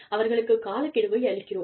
அவர்களுக்குக் காலக்கெடுவை அளிக்கிறோம்